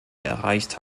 erreicht